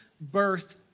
birth